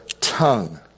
Tongue